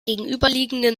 gegenüberliegende